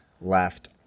left